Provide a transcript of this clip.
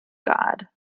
god